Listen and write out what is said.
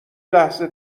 لحظه